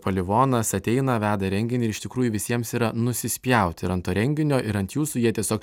palivonas ateina veda renginį ir iš tikrųjų visiems yra nusispjaut ir ant to renginio ir ant jūsų jie tiesiog